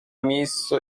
miejscu